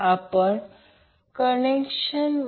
म्हणून Vbn हा Van पासून 120o ने लॅग करत आहे